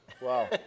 Wow